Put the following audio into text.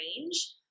range